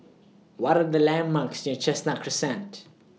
What Are The landmarks near Chestnut Crescent